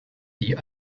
die